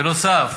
בנוסף,